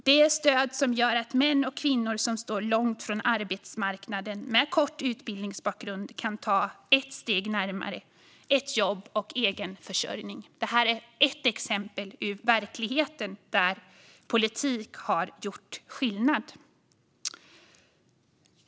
Det är ett stöd som gör att män och kvinnor med kort utbildningsbakgrund som står långt från arbetsmarknaden kan ta ett steg närmare jobb och egen försörjning. Det här är ett exempel från verkligheten där politik har gjort skillnad.